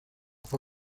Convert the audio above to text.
fue